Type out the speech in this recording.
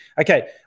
Okay